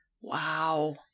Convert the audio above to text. Wow